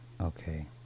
Okay